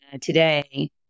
today